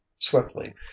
swiftly